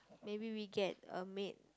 maybe we get a maid